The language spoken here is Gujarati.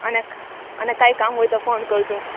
અને અને કાંઇ કામ હોય તો ફોન કરજો